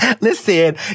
Listen